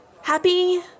Happy